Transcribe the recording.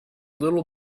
little